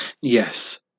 Yes